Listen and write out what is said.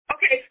Okay